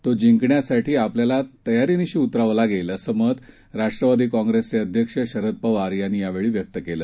तोजिंकण्यासाठीआपल्यालातयारीनिशीउतरावंलागेलअसंमतराष्ट्रवादीकाँप्रेसचेअध्यक्षशरदपवारयांनीयावेळीव्यक्तकेलं